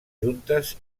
juntes